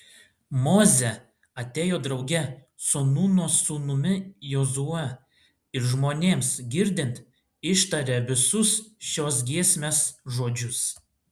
mozė atėjo drauge su nūno sūnumi jozue ir žmonėms girdint ištarė visus šios giesmės žodžius